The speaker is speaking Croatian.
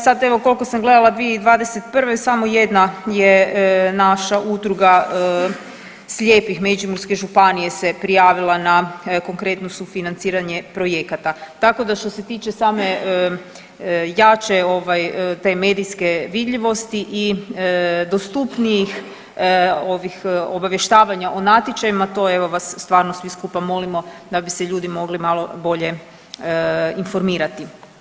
Sad, evo, koliko sam gledala, 2021. samo jedna je naša Udruga slijepih Međimurske županije se prijavila na konkretno sufinanciranje projekata, tako da što se tiče same jače ovaj, te medijske vidljivosti i dostupnijih ovih, obavještavanja o natječajima, to evo vas stvarno svi skupa molimo da bi se ljudi mogli malo bolje informirati.